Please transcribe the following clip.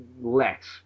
less